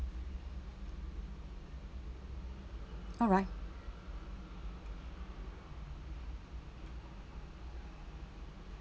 alright